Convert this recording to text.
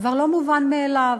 כבר לא מובן מאליו.